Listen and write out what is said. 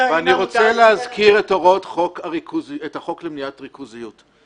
ואני רוצה להזכיר את החוק למניעת ריכוזיות.